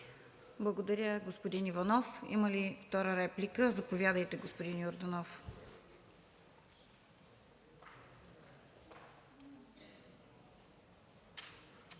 Благодаря Ви, господин Иванов. Има ли втора реплика? Заповядайте, господин Йорданов.